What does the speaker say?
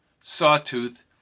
Sawtooth